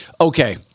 Okay